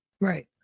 Right